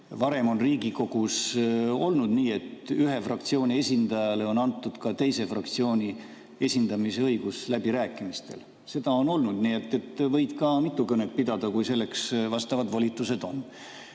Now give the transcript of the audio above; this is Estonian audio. Varem on Riigikogus olnud nii, et ühe fraktsiooni esindajale on antud ka teise fraktsiooni esindamise õigus läbirääkimistel. Seda on olnud, nii et võid ka mitu kõnet pidada, kui selleks vastavad volitused on. See